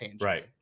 Right